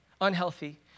unhealthy